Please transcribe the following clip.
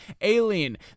Alien